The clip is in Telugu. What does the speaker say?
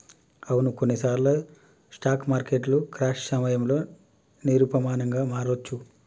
అవును కొన్నిసార్లు స్టాక్ మార్కెట్లు క్రాష్ సమయంలో నిరూపమానంగా మారొచ్చు